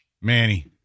Manny